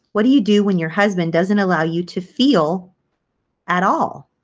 what do you do when your husband doesn't allow you to feel at all?